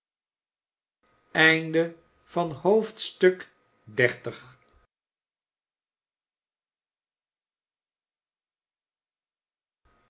bewoners van het